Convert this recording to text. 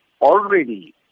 already